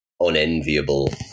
unenviable